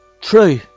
true